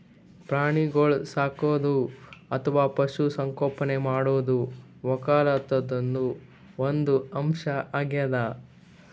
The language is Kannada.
ಪ್ರಾಣಿಗೋಳ್ ಸಾಕದು ಅಥವಾ ಪಶು ಸಂಗೋಪನೆ ಮಾಡದು ವಕ್ಕಲತನ್ದು ಒಂದ್ ಅಂಶ್ ಅಗ್ಯಾದ್